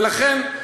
ולכן,